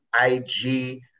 IG